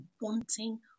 wanting